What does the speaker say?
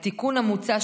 התיקון המוצע,